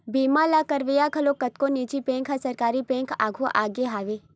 बीमा ल करवइया घलो कतको निजी बेंक अउ सरकारी बेंक आघु आगे हवय